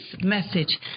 message